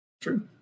True